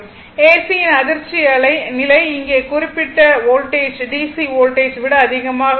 AC யின் அதிர்ச்சி நிலை அதே குறிப்பிட்ட வோல்டேஜ் DC வோல்ட்டேஜ் விட அதிகமாக உள்ளது